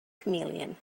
chameleon